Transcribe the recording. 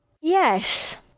Yes